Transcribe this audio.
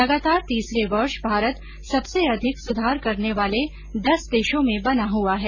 लगातार तीसरे वर्ष भारत सबसे अधिक सुधार करने वाले दस देशों में बना हुआ है